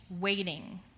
waiting